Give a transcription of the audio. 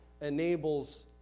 enables